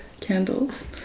candles